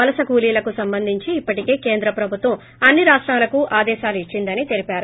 వలస కూలీలకు సంబంధించి ఇప్పటికే కేంద్ర ప్రభుత్వం రాష్లాలకు ఆదేశాలు ఇచ్చిందని తెలిపారు